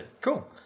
Cool